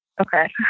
Okay